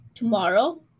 tomorrow